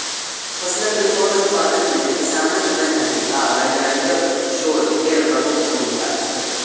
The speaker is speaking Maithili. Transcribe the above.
फसलक रिकॉर्ड उत्पादन मे किसानक मेहनति आ वैज्ञानिकक शोध केर प्रमुख भूमिका छै